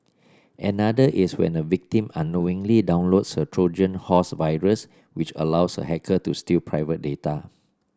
another is when a victim unknowingly downloads a Trojan horse virus which allows a hacker to steal private data